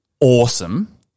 awesome –